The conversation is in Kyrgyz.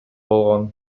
болгон